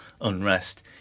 unrest